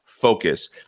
focus